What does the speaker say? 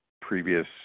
previous